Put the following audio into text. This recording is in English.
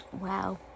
Wow